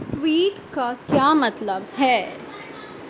tweet کا کیا مطلب ہے